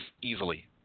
easily